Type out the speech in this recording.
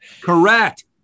Correct